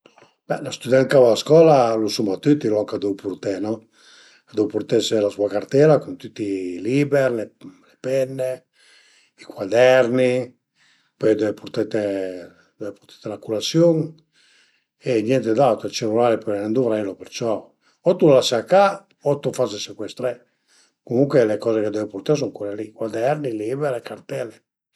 Prima dë tüt deve guardé, deve vëddi che cuader völe pendi, s'al e gros, s'al e cit e pöi deve vëdde lë spazio che las ën ca, la müraia, e niente pöi pìe, pìe to martèl e to ciò, cerché dë büté tüti e dui i cozi ën bula, cum a s'dis, e pöi t'lu pende e varde la figüra ch'a fa